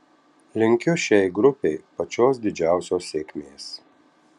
linkiu šiai grupei pačios didžiausios sėkmės